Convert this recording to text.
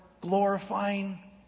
glorifying